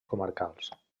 comarcals